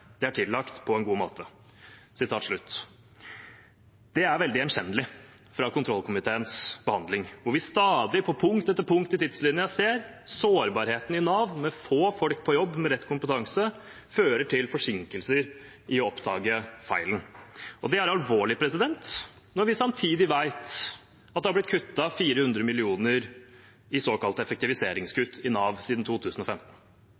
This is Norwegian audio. det er tillagt på en god måte.» Det er veldig gjenkjennelig fra kontrollkomiteens behandling, hvor vi stadig – på punkt etter punkt i tidslinjen – ser sårbarheten i Nav, at få folk på jobb og med rett kompetanse fører til forsinkelser i å oppdage feilen. Og det er alvorlig når vi samtidig vet at det har blitt kuttet 400 mill. kr i såkalte effektiviseringskutt i Nav siden 2015.